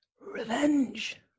Revenge